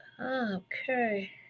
okay